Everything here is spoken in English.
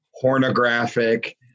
pornographic